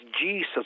jesus